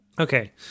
Okay